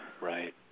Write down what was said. Right